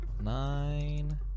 Nine